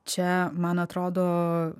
čia man atrodo